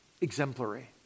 exemplary